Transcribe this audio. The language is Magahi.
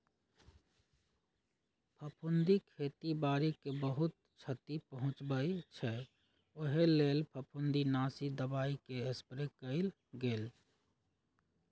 फफुन्दी खेती बाड़ी के बहुत छति पहुँचबइ छइ उहे लेल फफुंदीनाशी दबाइके स्प्रे कएल गेल